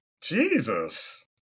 Jesus